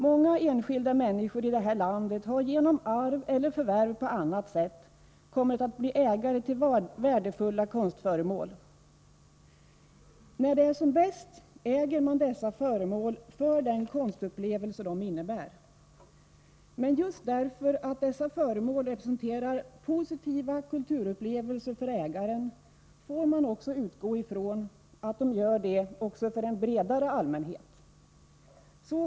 Många enskilda människor i det här landet har genom arv eller förvärv på annat sätt kommit att bli ägare till värdefulla konstföremål. När det är som bäst, äger man dessa föremål just för den konstupplevelse de innebär. Men just därför att dessa föremål representerar positiva kulturupplevelser för ägaren måste man utgå från att det också gäller människor i allmänhet.